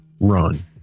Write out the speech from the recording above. run